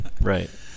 Right